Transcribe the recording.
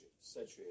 saturated